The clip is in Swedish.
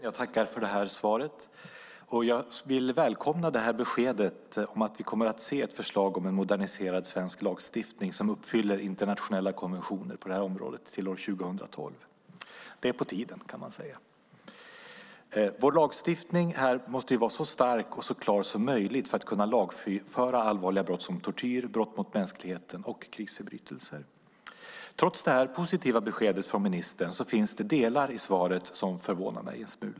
Fru talman! Jag tackar för svaret och vill välkomna beskedet om att vi kommer att se ett förslag om en moderniserad svensk lagstiftning som uppfyller internationella konventioner på det här området till 2012. Det är på tiden, kan man säga. Vår lagstiftning måste vara så stark och så klar som möjligt för att vi ska kunna lagföra allvarliga brott som tortyr, brott mot mänskligheten och krigsförbrytelser. Trots det positiva beskedet finns det delar i svaret som förvånar mig en smula.